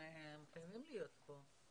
הם חייבים להיות כאן.